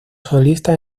solista